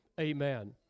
Amen